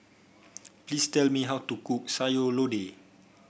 please tell me how to cook Sayur Lodeh